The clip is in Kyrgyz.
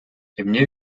эмне